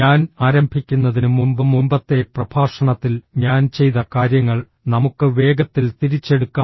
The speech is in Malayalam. ഞാൻ ആരംഭിക്കുന്നതിന് മുമ്പ് മുമ്പത്തെ പ്രഭാഷണത്തിൽ ഞാൻ ചെയ്ത കാര്യങ്ങൾ നമുക്ക് വേഗത്തിൽ തിരിച്ചെടുക്കാം